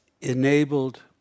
enabled